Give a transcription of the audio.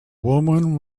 woman